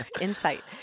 Insight